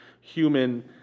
human